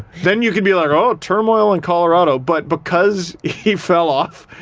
then you could be like, oh turmoil in colorado but, because he fell off,